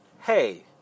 hey